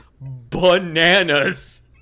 bananas